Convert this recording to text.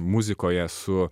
muzikoje su